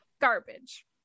garbage